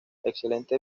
excelente